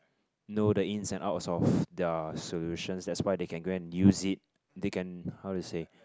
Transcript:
no the ins and outs of their solutions that's why they can go and use it they can how to say